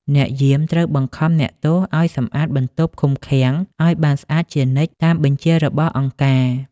អ្នកយាមត្រូវបង្ខំអ្នកទោសឱ្យសម្អាតបន្ទប់ឃុំឃាំងឱ្យបានស្អាតជានិច្ចតាមបញ្ជារបស់អង្គការ។